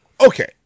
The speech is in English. okay